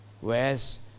whereas